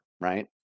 right